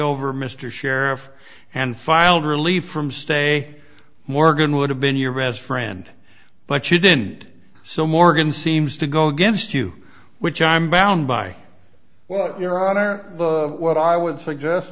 over mr sheriff and filed relief from stay morgan would have been your best friend but should indeed so morgan seems to go against you which i'm bound by well your honor what i would suggest